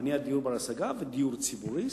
בניית דיור בר-השגה ודיור ציבורי,